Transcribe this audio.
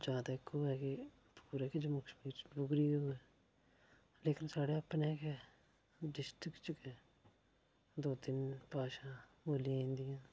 जां ते इक होऐ कि पूरे गै जम्मू कशमीर च डोगरी गै होऐ लेकिन साढ़े अपने गै डिस्ट्रिक्ट च गै दो तिन्न भाशा बोली जंदियां